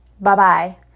bye-bye